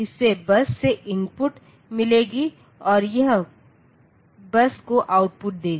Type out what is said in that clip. इससे बस से इनपुट मिलेंगे और यह बस को आउटपुट देगा